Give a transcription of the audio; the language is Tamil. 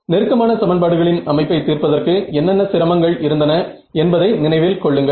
நெருக்கமான சமன்பாடுகளின் அமைப்பை தீர்ப்பதற்கு என்னென்ன சிரமங்கள் இருந்தன என்பதை நினைவில் கொள்ளுங்கள்